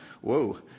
Whoa